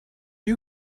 you